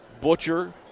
Butcher